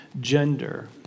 gender